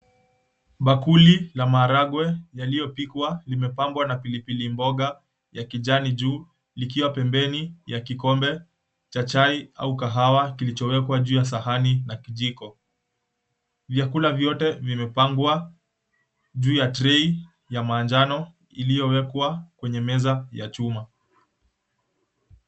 Bakuli ya maharangwe yaliyopikwa imepambwa na pilipili mboga ya kijani juu likiwa pembeni ya kikombe cha chai au kahawa kilichowekwa juu ya sahani na kijiko, vyakula vyote vimepangwa juu ya trei ya manjano iliyowekwa kwenye meza ya chuma.